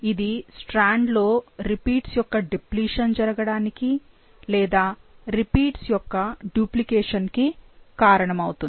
ఇది స్ట్రాండ్ లో రిపీట్స్ యొక్క డిప్లిషన్ జరగడానికి లేదా రిపీట్స్ యొక్క డుప్లికేషన్ కి కారణం అవుతుంది